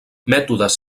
mètodes